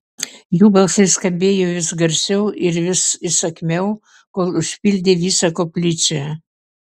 jų balsai skambėjo vis garsiau ir vis įsakmiau kol užpildė visą koplyčią